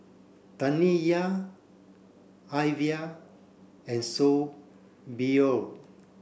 Taniya Alyvia and